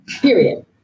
Period